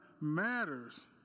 matters